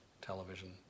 television